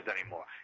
anymore